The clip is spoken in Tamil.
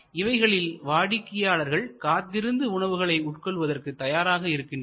இவைகளில் வாடிக்கையாளர்கள் காத்திருந்து உணவுகளை உட்கொள்வதற்கு தயாராக இருக்கின்றனர்